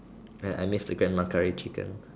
I missed the grandma curry chicken